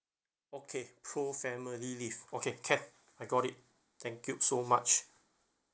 okay pro family leave okay can I got it thank you so much